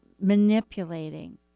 manipulating